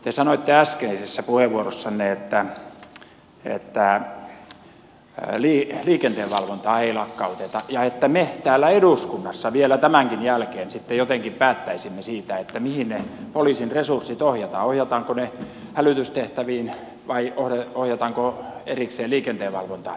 te sanoitte äskeisessä puheenvuorossanne että liikenteenvalvontaa ei lakkauteta ja että me täällä eduskunnassa vielä tämänkin jälkeen sitten jotenkin päättäisimme siitä mihin ne poliisin resurssit ohjataan ohjataanko ne hälytystehtäviin vai ohjataanko erikseen liikenteenvalvontaan